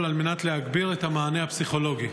על מנת להגביר את המענה הפסיכולוגי?